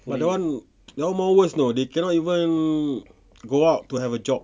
but that one that one more worse you know they cannot even go out to have a job